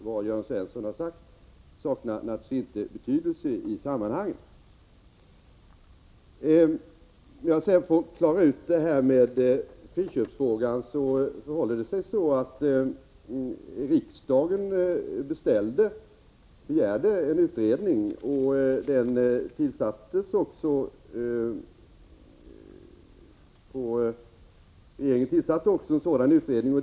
Vad Jörn Svensson har sagt saknar naturligtvis inte betydelse i sammanhanget. Jag vill klara ut hur det förhåller sig med frågan om friköp av arrenderad jord. Riksdagen begärde en utredning, och en sådan tillsattes också av regeringen.